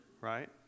right